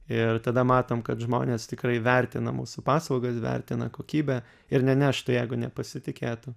ir tada matom kad žmonės tikrai vertina mūsų paslaugas vertina kokybę ir neneštų jeigu nepasitikėtų